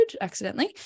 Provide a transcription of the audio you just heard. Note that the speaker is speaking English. accidentally